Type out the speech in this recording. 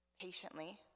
patiently